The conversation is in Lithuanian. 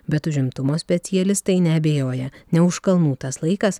bet užimtumo specialistai neabejoja ne už kalnų tas laikas